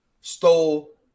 stole